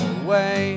away